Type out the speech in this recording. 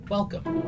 Welcome